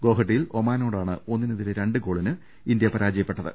ഗുവാഹട്ടിയിൽ ഒമാനോടാണ് ഒന്നിനെതിരെ രണ്ട് ഗോളിന് ഇന്ത്യ പരാജയപ്പെട്ടത്